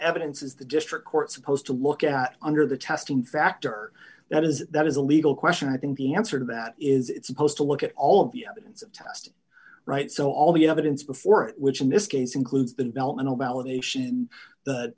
evidence is the district court supposed to look at under the testing factor that is that is a legal question i think the answer to that is it's supposed to look at all of the evidence right so all the evidence before it which in this case includes the developmental validation